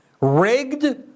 rigged